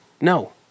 No